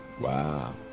Wow